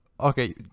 okay